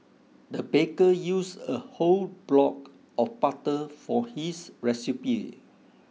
the baker used a whole block of butter for his recipe